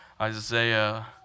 Isaiah